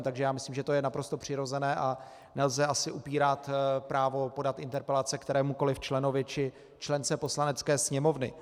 Takže já myslím, že to je naprosto přirozené a nelze asi upírat právo podat interpelace kterémukoliv členovi či člence Poslanecké sněmovny.